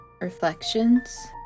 Reflections